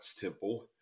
temple